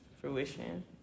fruition